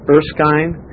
Erskine